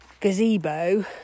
gazebo